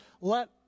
let